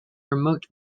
remote